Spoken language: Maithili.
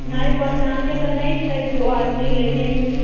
नहि पहचानके तऽ नहि छथि ओ आदमी लेकिन